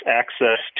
access